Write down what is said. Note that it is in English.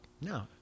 No